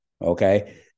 okay